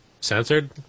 censored